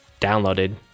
downloaded